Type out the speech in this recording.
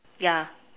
yeah